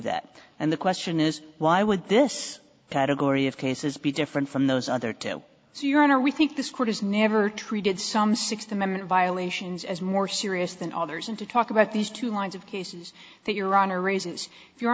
that and the question is why would this category of cases be different from those other two so your honor we think this court has never treated some sixth amendment violations as more serious than others and to talk about these two lines of cases that your honor raises